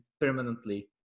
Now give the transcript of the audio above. permanently